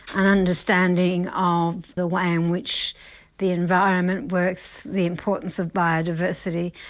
an understanding of the way in which the environment works, the importance of biodiversity.